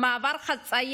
במעבר החציה